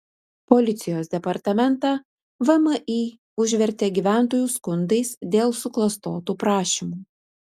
policijos departamentą vmi užvertė gyventojų skundais dėl suklastotų prašymų